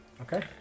Okay